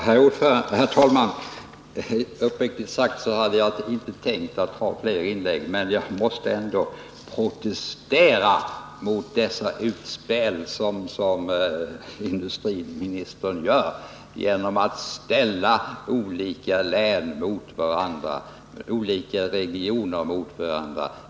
Herr talman! Uppriktigt sagt hade jag inte tänkt göra flera inlägg, men jag måste ändå protestera mot dessa utspel som industriministern kommer med genom att ställa olika län och olika regioner mot varandra.